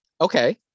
Okay